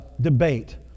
debate